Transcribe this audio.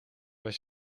was